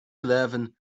eleven